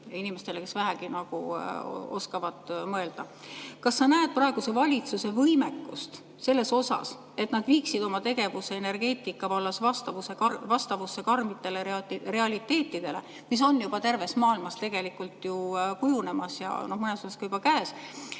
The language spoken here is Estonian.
inimestele, kes vähegi oskavad mõelda. Kas sa näed praeguse valitsuse võimekust, et nad viiksid oma tegevuse energeetika vallas vastavusse karmide realiteetidega, mis on terves maailmas tegelikult kujunemas ja mõnes osas ka juba käes?